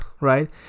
Right